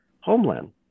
homeland